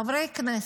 חברי הכנסת,